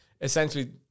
essentially